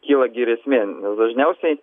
kyla grėsmė dažniausiai